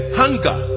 hunger